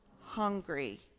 hungry